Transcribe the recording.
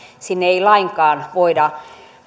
sinne ei lainkaan voida